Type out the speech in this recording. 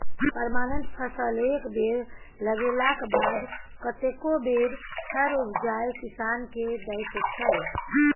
permanent फसल एक बेर लगेलाक बाद कतेको बेर फर उपजाए किसान केँ दैत छै